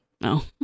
No